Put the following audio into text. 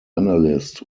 analyst